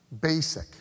basic